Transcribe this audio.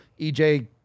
EJ